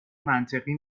منطقی